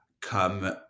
come